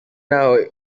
ntaho